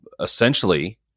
essentially